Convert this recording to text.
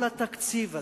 כל התקציב הזה,